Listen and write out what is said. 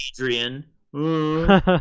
Adrian